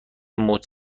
موج